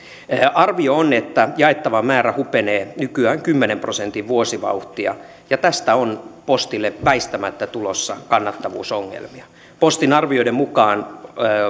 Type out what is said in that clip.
arvio on että jaettava määrä hupenee nykyään kymmenen prosentin vuosivauhtia ja tästä on postille väistämättä tulossa kannattavuusongelmia postin arvioiden mukaan